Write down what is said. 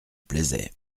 plaisait